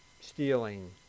stealing